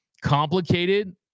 complicated